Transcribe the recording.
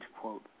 quote